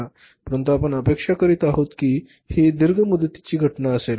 परंतु आपण अपेक्षा करीत आहोत की ही दीर्घ मुदतीची घटना असेल